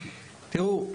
תראו,